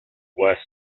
worse